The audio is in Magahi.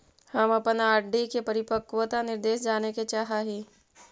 हम अपन आर.डी के परिपक्वता निर्देश जाने के चाह ही